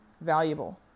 valuable